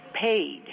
paid